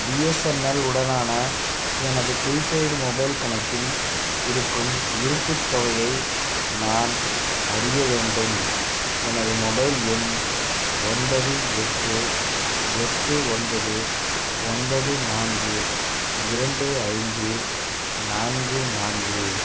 BSNL உடனான எனது prepaid mobile கணக்கில் இருக்கும் இருப்புத் தொகையை நான் அறிய வேண்டும் எனது மொபைல் எண் ஒன்பது எட்டு எட்டு ஒன்பது ஒன்பது நான்கு இரண்டு ஐந்து நான்கு நான்கு